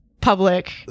public